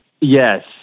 Yes